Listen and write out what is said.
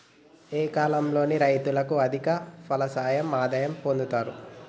ఏ కాలం లో రైతులు అధిక ఫలసాయం ఆదాయం పొందుతరు?